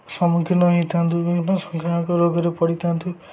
ସମ୍ମୁଖୀନ ହେଇଥାନ୍ତୁ ବିଭିନ୍ନ ସଂକ୍ରାମକ ରୋଗରେ ପଡ଼ିଥାନ୍ତୁ